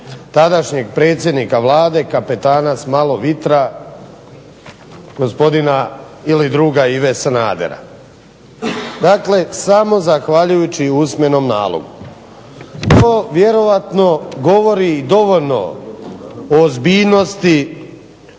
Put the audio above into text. tadašnjeg predsjednika Vlade kapetana s malo vitra gospodina ili druga Ive Sanadera. Dakle, samo zahvaljujući usmenom nalogu. To vjerojatno govori dovoljno o ozbiljnosti